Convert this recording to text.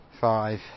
Five